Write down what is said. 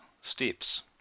steps